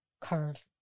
curve